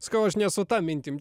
sakau aš nesu ta mintim